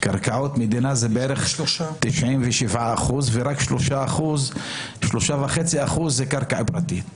קרקעות מדינה זה 97% ורק 3.5% זה קרקע פרטית.